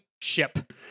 ship